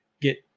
get